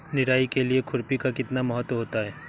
निराई के लिए खुरपी का कितना महत्व होता है?